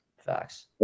facts